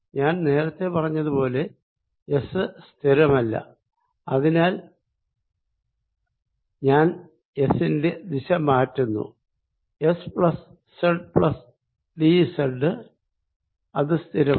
ഞാൻ നേരത്തെ പറഞ്ഞത് പോലെ എസ് സ്ഥിരമല്ല അതിനാൽ ഞാൻ എസ് ന്റെ ദിശ മാറ്റുന്നു S plus Z plus D Z ഇത് സ്ഥിരമാണ്